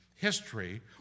History